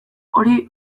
hori